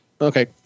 Okay